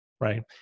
right